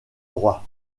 droit